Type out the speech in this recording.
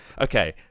Okay